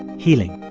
healing